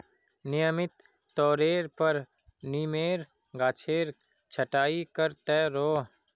नियमित तौरेर पर नीमेर गाछेर छटाई कर त रोह